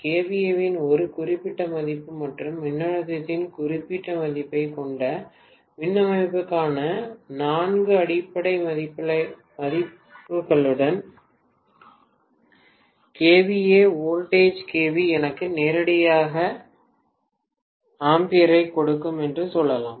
kVA இன் ஒரு குறிப்பிட்ட மதிப்பு மற்றும் மின்னழுத்தத்தின் குறிப்பிட்ட மதிப்பைக் கொண்ட மின் அமைப்புக்கான நான்கு அடிப்படை மதிப்புகளுடன் kVA Voltage எனக்கு நேரடியாக ஆம்பியரைக் கொடுக்கும் என்று சொல்லலாம்